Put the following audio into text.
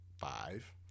five